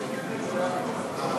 חברי הכנסת,